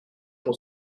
pour